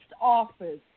office